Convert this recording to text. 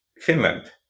Finland